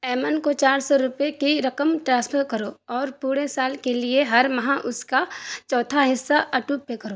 ایمن کو چار سو روپے کی رقم ٹرانسفر کرو اور پورے سال کے لیے ہر ماہ اس کا چوتھا حصہ آٹو پے کرو